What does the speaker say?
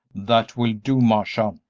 that will do, marcia,